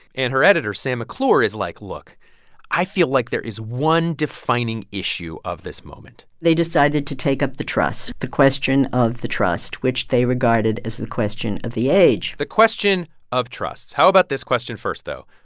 and her editor, sam mcclure, is like, look i feel like there is one defining issue of this moment they decided to take up the trust, the question of the trust, which they regarded as the question of the age the question of trusts how about this question first, though?